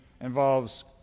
involves